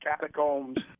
catacombs